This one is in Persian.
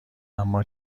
اما